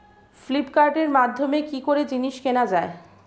ফ্লিপকার্টের মাধ্যমে কি করে জিনিস কেনা যায়?